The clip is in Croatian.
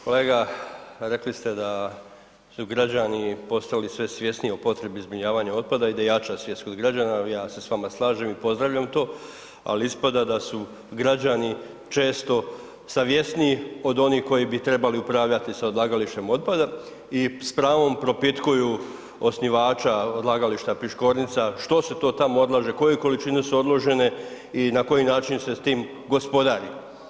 Kolega, rekli ste da su građani postali sve svjesniji o potrebi zbrinjavanja otpada i da jača svijest kod građana, ja se s vama slažem i pozdravljam to, ali ispada da su građani često savjesniji od onih koji bi trebali upravljati sa odlagalištem otpada i s pravom propitkuju osnivača odlagališta Piškornica što se to tamo odlaže, koje količine su odložene i na koji način se s tim gospodarim.